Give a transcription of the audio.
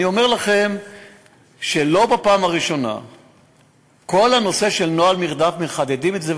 אני אומר לכם שכל הנושא של נוהל מרדף מחדד את זה,